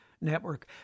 Network